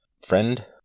friend